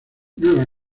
nueva